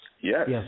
Yes